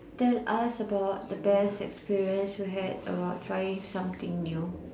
tell us about the best experience you had about trying something new